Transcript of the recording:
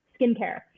skincare